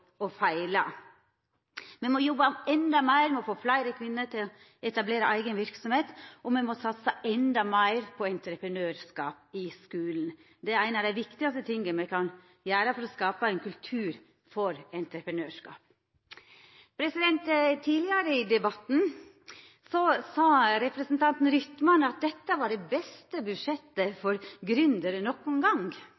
å feila. Me må jobba enda meir med å få fleire kvinner til å etablera eiga verksemd, og me må satsa enda meir på entreprenørskap i skulen. Det er ein av dei viktigaste tinga me kan gjera for å skapa ein kultur for entreprenørskap. Tidlegare i debatten sa representanten Rytman at dette var det beste budsjettet